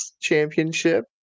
Championship